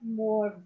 more